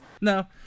No